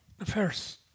Affairs